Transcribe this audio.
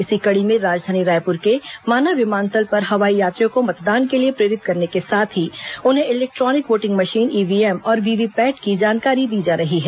इसी कड़ी में राजधानी रायपुर के माना विमानतल पर हवाई यात्रियों को मतदान के लिए प्रेरित करने के साथ ही उन्हें इलेक्ट्रानिक वोटिंग मशीन ईव्हीएम और वीवीपैट की जानकारी दी जा रही है